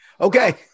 Okay